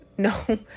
No